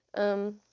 um,